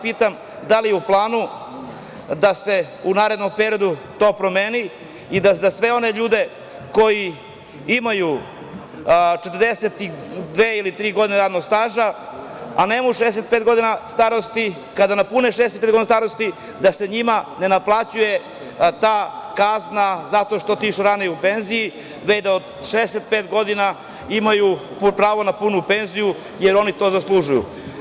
Pitam, da li je u planu da se u narednom periodu to promeni i da za sve one ljudi koji imaju 42 ili 43 godine radnog staža, a nemaju 65 godina starosti kada napune 65 godina starosti da se njima ne naplaćuje kazna zato što je otišao ranije u penziju nego da od 65 godina imaju puno pravo na punu penziju, jer oni to zaslužuju.